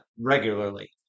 regularly